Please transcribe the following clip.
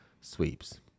sweeps